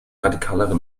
radikalere